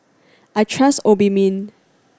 I trust Obimin